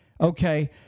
Okay